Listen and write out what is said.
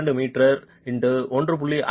2 metre x 1